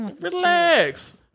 Relax